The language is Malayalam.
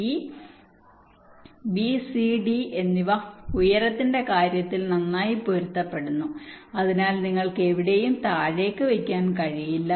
ഈ e ഈ b c d എന്നിവ ഉയരത്തിന്റെ കാര്യത്തിൽ നന്നായി പൊരുത്തപ്പെടുന്നു അതിനാൽ നിങ്ങൾക്ക് എവിടെയും താഴേക്ക് വയ്ക്കാൻ കഴിയില്ല